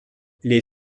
les